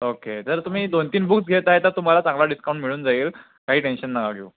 okay जर तुम्ही दोन तीन बुक्स घेत आहे तर तुम्हाला चांगला डिस्काउंट मिळून जाईल काही टेन्शन नका घेऊ